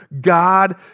god